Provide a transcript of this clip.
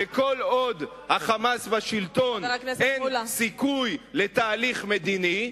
שכל עוד ה"חמאס" בשלטון אין סיכוי לתהליך מדיני,